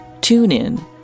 TuneIn